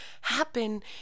happen